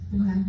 Okay